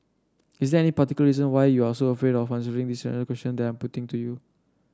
is there any particular reason why you are so afraid of answering this question they are putting to you